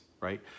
right